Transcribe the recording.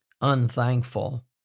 unthankful